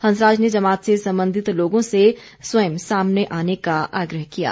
हंसराज ने जमात से संबंधित लोगों से स्वयं सामने आने का आग्रह किया है